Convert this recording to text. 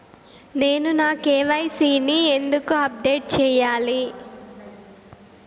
నేను నా కె.వై.సి ని ఎందుకు అప్డేట్ చెయ్యాలి?